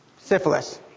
syphilis